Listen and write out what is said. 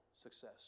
success